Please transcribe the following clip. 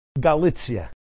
Galicia